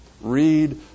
Read